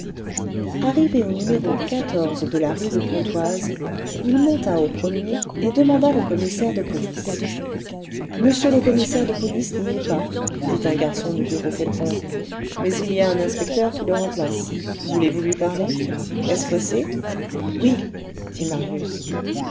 arrivé au numéro de la rue de pontoise il monta au premier et demanda le commissaire de police monsieur le commissaire de police n'y est pas dit un garçon de bureau quelconque mais il y a un inspecteur qui le remplace voulez-vous lui parler est-ce pressé oui dit marius